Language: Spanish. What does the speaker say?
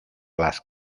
las